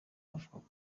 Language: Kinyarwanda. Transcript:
avuga